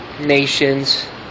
nations